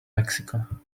mexico